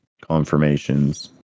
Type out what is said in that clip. confirmations